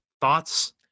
thoughts